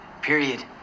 period